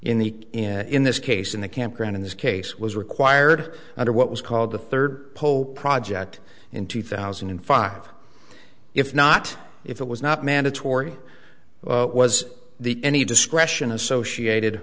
in the in this case in the campground in this case was required under what was called the third pope project in two thousand and five if not if it was not mandatory was the any discretion associated